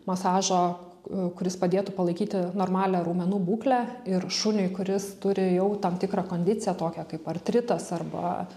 masažo kuris padėtų palaikyti normalią raumenų būklę ir šuniui kuris turi jau tam tikrą kondiciją tokią kaip artritas arba